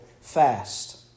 fast